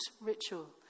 ritual